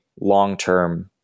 long-term